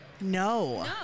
No